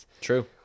True